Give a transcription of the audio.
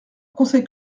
conseil